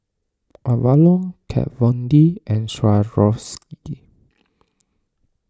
Avalon Kat Von D and Swarovski